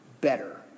better